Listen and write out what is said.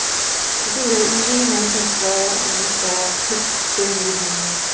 you can go easy. nice and slow on yourself here in the beginning.